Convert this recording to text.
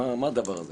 מה הדבר הזה?